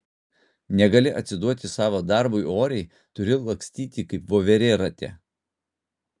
negali atsiduoti savo darbui oriai turi lakstyti kaip voverė rate